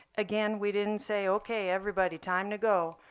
again, we didn't say, ok, everybody, time to go.